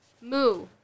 Moo